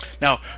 Now